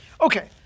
Okay